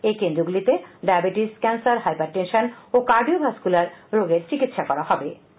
এই কেন্দ্রগুলিতে diabetes cancer hypertension ও কার্ডিও ভাসকুলার রোগের চিকিৎসা করা হবে